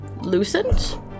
loosened